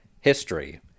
History